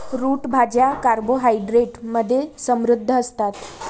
route भाज्या carbohydrates मध्ये समृद्ध असतात